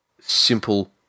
simple